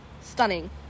stunning